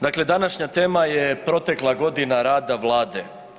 Dakle, današnja tema je protekla godina rada vlade.